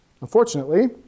Unfortunately